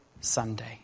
Sunday